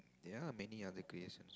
there are many other creations